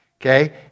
okay